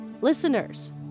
Listeners